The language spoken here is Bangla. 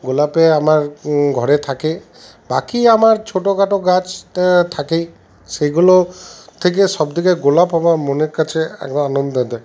গোলাপে আমার ঘরে থাকে বাকি আমার ছোটো খাটো গাছ তো থাকেই সেগুলো থেকে সব থেকে গোলাপ আমার মনের কাছে আনন্দ দেয়